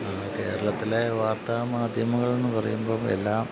കേരളത്തിലെ വാർത്താമാധ്യമങ്ങളെന്ന് പറയുമ്പോള് എല്ലാം